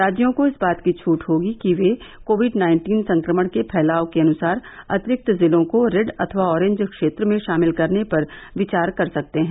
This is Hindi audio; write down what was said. राज्यों को इस बात की छट होगी कि वे कोविड नाइन्टीन संक्रमण के फैलाव के अनुसार अतिरिक्त जिलों को रेड अथवा ऑरेज क्षेत्र में शामिल करने पर विचार सकते हैं